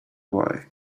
why